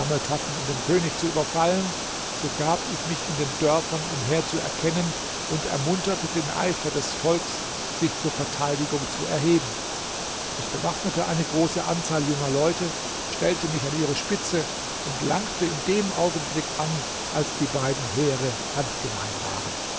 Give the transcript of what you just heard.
um den könig zu überfallen so gab ich mich in den dörfern umher zu erkennen und ermunterte den eifer des volks sich zur verteidigung zu erheben ich bewaffnete eine große anzahl junger leute stellte mich an ihre spitze und langte in dem augenblick an als die beiden heere handgemein waren